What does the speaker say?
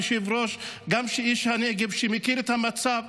כיושב-ראש וגם כאיש הנגב שמכיר את המצב,